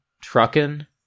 trucking